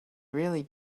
really